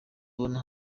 ubona